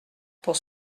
pour